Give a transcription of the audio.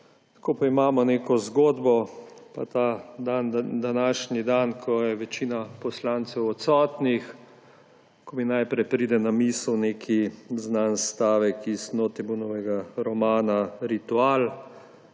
Ko pa imamo neko zgodbo pa ta današnji dan, ko je večina poslancev odsotnih, ko mi najprej pride na misel znan stavek iz Nooteboomovega romana Rituali: